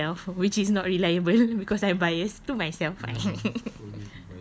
of myself which is not reliable because I'm biased myself